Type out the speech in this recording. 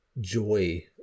joy